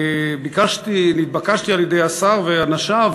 נתבקשתי על-ידי השר ואנשיו,